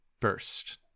first